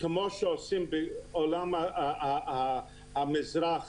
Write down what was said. כמו שעושים בעולם במזרח.